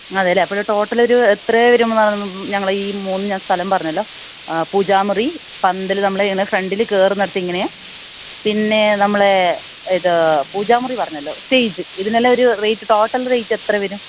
അതെ അല്ലേ അപ്പോൾ ടോട്ടൽ ഒരു എത്ര വരും ഞങ്ങളെ ഈ മൂന്ന് സ്ഥലം പറഞ്ഞല്ലോ പൂജാമുറി പന്തൽ നമ്മളെ ഇങ്ങനെ ഫ്രണ്ടിൽ കയറുന്നിടത്ത് ഇങ്ങനെ പിന്നെ നമ്മളെ ഇത് പൂജാമുറി പറഞ്ഞല്ലോ സ്റ്റേജ് ഇതിനെല്ലാം ഒരു റേറ്റ് ടോട്ടൽ റേറ്റ് എത്ര വരും